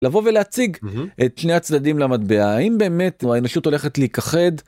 לבוא ולהציג את שני הצדדים למטבע האם באמת האנושות הולכת להיכחד.